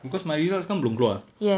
because my results kan belum keluar